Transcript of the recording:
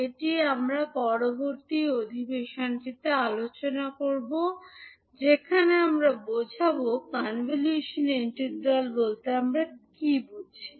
এটি আমরা পরবর্তী অধিবেশনটিতে আলোচনা করব যেখানে আমরা বোঝাবো কনভলশন ইন্টিগ্রাল বলতে আমরা কী বুঝি